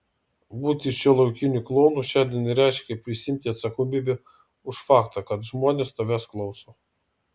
būti šiuolaikiniu klounu šiandien reiškia prisiimti atsakomybę už faktą kad žmonės tavęs klauso